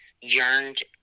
yearned